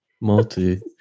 Multi